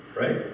right